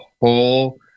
whole